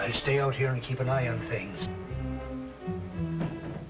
i stay out here and keep an eye on things